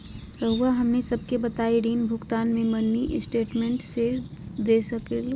रहुआ हमनी सबके बताइं ऋण भुगतान में मिनी स्टेटमेंट दे सकेलू?